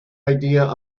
idea